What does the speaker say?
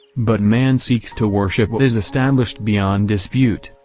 but man seeks to worship what is established beyond dispute,